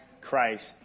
Christ